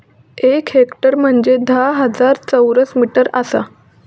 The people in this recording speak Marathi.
एक हेक्टर म्हंजे धा हजार चौरस मीटर आसा